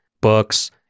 books